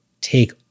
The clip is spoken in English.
take